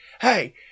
hey